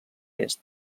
est